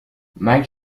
mike